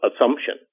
assumption